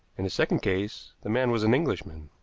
in the second case, the man was an englishman.